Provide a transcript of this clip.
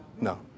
No